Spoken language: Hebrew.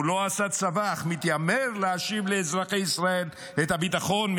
הוא לא עשה צבא אך מתיימר להשיב לאזרחי ישראל את הביטחון,